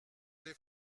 les